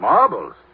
Marbles